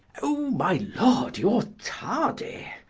o my lord, y'are tardy